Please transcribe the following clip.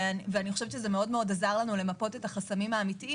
זה מאוד עזר לנו למפות את החסמים האמיתיים